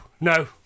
no